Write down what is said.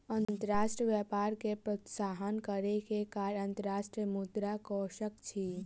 अंतर्राष्ट्रीय व्यापार के प्रोत्साहन करै के कार्य अंतर्राष्ट्रीय मुद्रा कोशक अछि